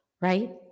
right